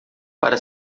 para